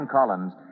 Collins